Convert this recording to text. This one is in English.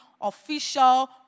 official